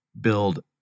build